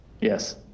yes